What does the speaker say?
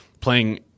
playing